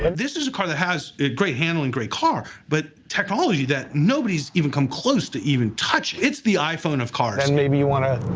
and this is a car that has great handling, great car. but technology that nobody's even come close to even touching. it's the iphone of cars. and maybe you want to